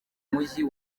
mujyi